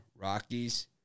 Rockies